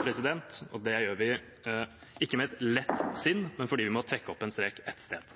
Det gjør vi ikke med et lett sinn, men fordi vi må trekke opp en strek et sted.